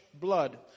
blood